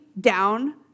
down